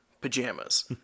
pajamas